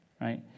right